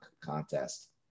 contest